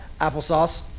applesauce